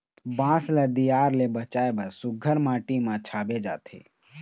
बांस ल दियार ले बचाए बर सुग्घर माटी म छाबे जाथे